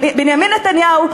בנימין נתניהו,